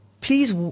please